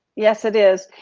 yes it is.